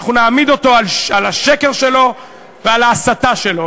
אנחנו נעמיד אותו על השקר שלו ועל ההסתה שלו.